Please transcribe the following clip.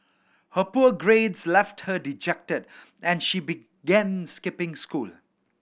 her poor grades left her dejected and she began skipping school